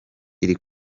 iri